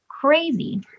crazy